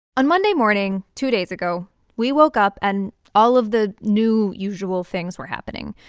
on monday morning two days ago we woke up, and all of the new, usual things were happening.